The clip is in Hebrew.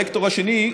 הווקטור השני,